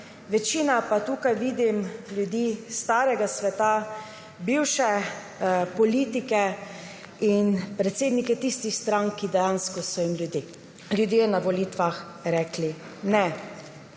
večinoma pa tukaj vidim ljudi iz starega sveta, bivše politike in predsednike tistih strank, ki so jim dejansko ljudje na volitvah rekli ne.